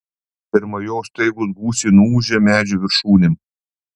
pirma jo staigūs gūsiai nuūžė medžių viršūnėm